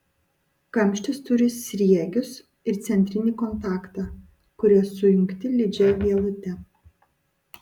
kamštis turi sriegius ir centrinį kontaktą kurie sujungti lydžia vielute